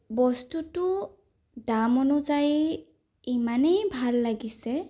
বস্তুটো দাম অনুযায়ী ইমানেই ভাল লাগিছে